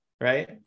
right